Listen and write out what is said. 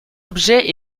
objets